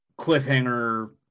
cliffhanger